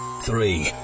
three